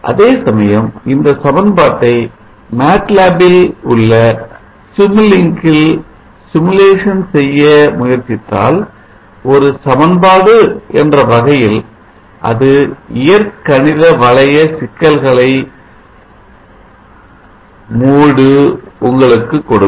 அதே சமயம் இந்த சமன்பாட்டை MATLAB ல் உள்ள simulink ல் simulation செய்ய முயற்சித்தால் ஒரு சமன்பாடு என்ற வகையில் அது இயற்கணிதவளைய சிக்கல்களை மூடுஉங்களுக்கு கொடுக்கும்